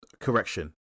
correction